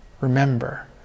remember